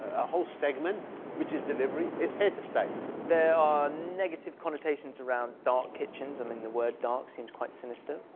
a whole segment which is delivery, it's here to stay. there are negative connotations around dark kitchens. i mean the word dark seems quite sinister.